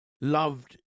loved